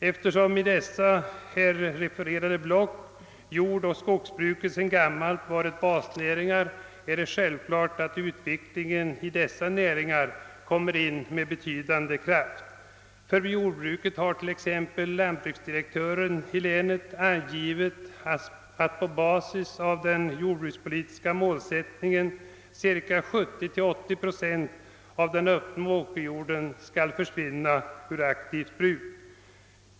Eftersom i de block, från vilka jag tagit mina exempel, jordoch skogsbruket sedan gammalt varit basnäringarna, är det självklart att utvecklingen i dessa näringar kommer att få stor betydelse. Lantbruksdirektören i länet har på basis av den jordbrukspolitiska målsättningen angivit, att cirka 70 å 80 procent av den öppna åkerjorden i dessa områden kommer att försvinna ur aktivt bruk.